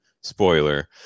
Spoiler